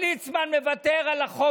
אדוני השר חמד עמאר, אני רוצה להשיב לך.